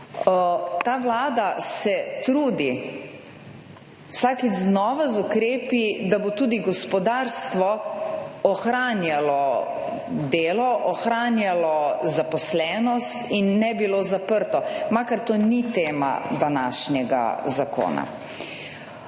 Ta Vlada se trudi vsakič znova z ukrepi, da bo tudi gospodarstvo ohranjalo delo, ohranjalo zaposlenost in ne bilo zaprto, makar to ni tema današnjega zakona.